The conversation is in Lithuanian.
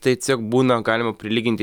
tai tiesiog būna galima prilyginti